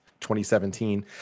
2017